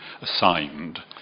assigned